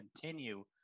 continue